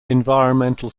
environmental